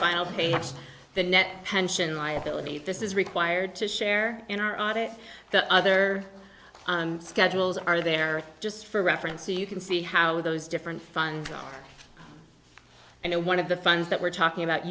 file the net pension liability this is required to share in our art it the other schedules are there just for reference so you can see how those different fun and one of the funds that we're talking about